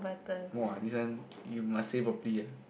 [wah] this one you must say properly ah